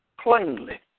plainly